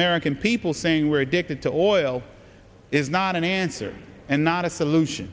american people saying we're addicted to oil is not an answer and not a solution